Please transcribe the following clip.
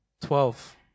Twelve